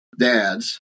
Dads